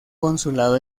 consulado